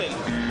תודה.